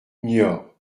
niort